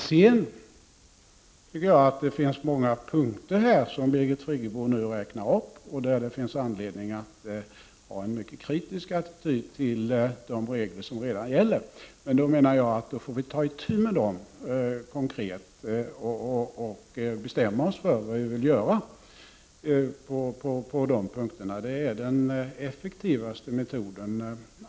Sedan tycker jag att det på många av de punkter som Birgit Friggebo här räknar upp finns anledning att inta en mycket kritisk attityd till de regler som redan gäller. Men de reglerna får vi, menar jag, konkret ta itu med. Där får vi bestämma oss för vad vi vill göra. Det är den effektivaste metoden.